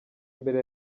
mbere